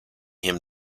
him